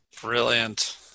Brilliant